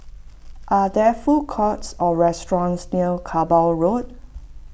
are there food courts or restaurants near Kerbau Road